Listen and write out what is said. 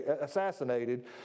assassinated